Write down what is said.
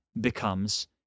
becomes